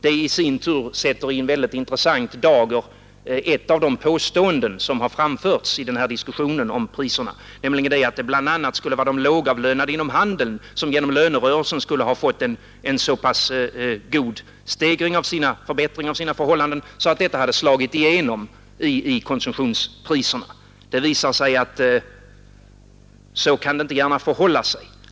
Detta i sin tur ställer i en väldigt intressant dager ett av det påståenden som har framförts i den här diskussionen om priserna, nämligen att bl.a. de lågavlönade inom handeln genom lönerörelsen skulle ha fått en så pass god förbättring av sina förhållanden att detta skulle ha slagit igenom i konsumentpriserna. Det visar sig att så kan det inte gärna förhålla sig.